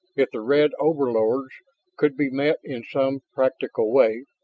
if the red overlords could be met in some practical way.